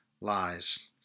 lies